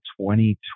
2020